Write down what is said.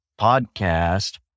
podcast